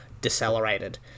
decelerated